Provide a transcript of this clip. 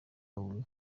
huye